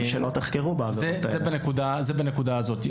זה בנקודה הזאת.